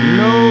no